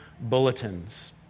bulletins